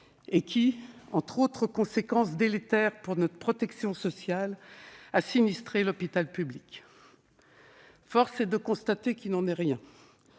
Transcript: et qui, entre autres conséquences délétères pour notre protection sociale, ont sinistré l'hôpital public. Force est de constater qu'il n'en est rien,